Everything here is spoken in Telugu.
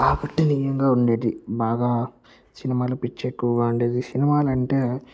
ఆకర్షణీయంగా ఉండేది బాగా సినిమాలు పిచ్చెక్కువగా ఉండేది సినిమాలు అంటే